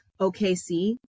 OKC